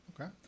okay